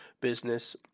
business